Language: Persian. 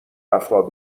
افراد